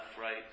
right